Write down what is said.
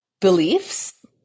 beliefs